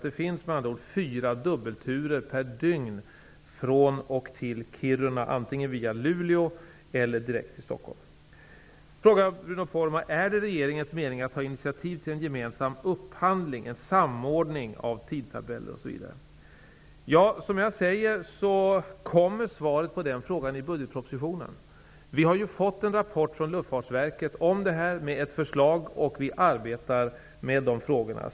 Det finns med andra ord fyra dubbelturer per dygn från och till Kiruna antingen via Luleå eller direkt till Stockholm. Bruno Poromaa frågar om det är regeringens mening att ta initiativ till en gemensam upphandling, en samordning av tidtabeller osv. Svaret på den frågan kommer i budgetpropositionen. Vi har fått en rapport om detta från Luftfartsverket med ett förslag. Vi arbetar med dessa frågor.